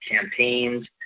campaigns